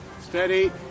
steady